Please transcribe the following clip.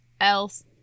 else